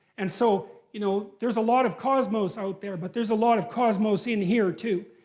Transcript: and so, you know, there's a lot of cosmos out there, but there's a lot of cosmos in here too.